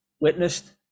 witnessed